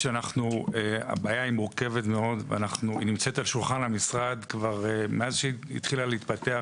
הבעיה היא מורכבת מאוד ונמצאת על שולחן המשרד מאז שהתחילה להתפתח,